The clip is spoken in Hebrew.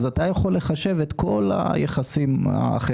ואתה יכול לחשב את כל היחסים האחרים.